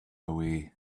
away